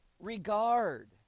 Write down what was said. regard